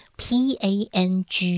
p-a-n-g